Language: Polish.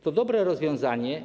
To dobre rozwiązanie.